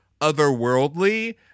otherworldly